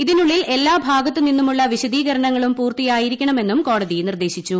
ഇതിനുള്ളിൽ എല്ലാ ഭാഗത്തുനിന്നുമുള്ള വിശദീകരണങ്ങളും പൂർത്തിയായിരിക്കണമെന്നും കോടതി നിർദ്ദേശിച്ചു